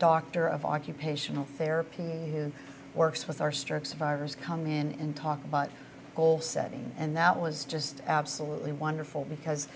doctor of occupational therapy who works with our stroke survivors come in and talk about goal setting and that was just absolutely wonderful because